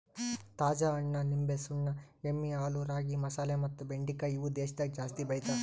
ತಾಜಾ ಹಣ್ಣ, ನಿಂಬೆ, ಸುಣ್ಣ, ಎಮ್ಮಿ ಹಾಲು, ರಾಗಿ, ಮಸಾಲೆ ಮತ್ತ ಬೆಂಡಿಕಾಯಿ ಇವು ದೇಶದಾಗ ಜಾಸ್ತಿ ಬೆಳಿತಾರ್